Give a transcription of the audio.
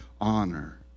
honor